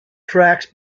tracks